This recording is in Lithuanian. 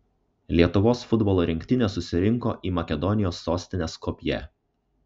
lietuvos futbolo rinktinė susirinko į makedonijos sostinę skopję